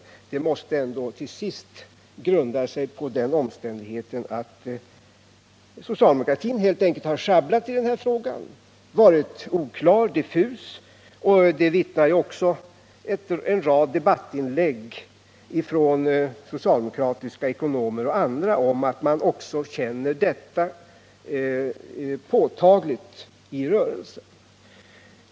Misstänksamheten måste ju ändå grunda sig på den omständigheten att socialdemokratin helt enkelt har schabblat i den här frågan — varit oklar och diffus. En rad debattinlägg från socialdemokratiska ekonomer och andra vittnar om att man också känner detta påtagligt i rörelsen.